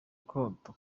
koko